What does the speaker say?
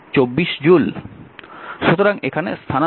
সুতরাং এখানে স্থানান্তরিত শক্তির মান হবে 24 জুল